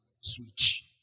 switch